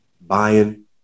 buying